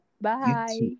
Bye